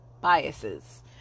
biases